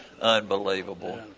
unbelievable